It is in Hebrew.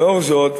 לאור זאת,